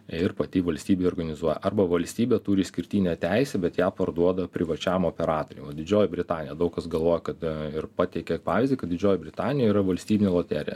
ir pati valstybė organizuoja arba valstybė turi išskirtinę teisę bet ją parduoda privačiam operatoriui didžioji britanija daug kas galvoja kad ir pateikia pavyzdį kad didžiojoj britanijoj yra valstybinė loterija